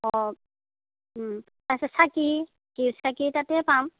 অ' তাৰপিছত চাকি ঘিৰ চাকি তাতে পাম